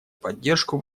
поддержку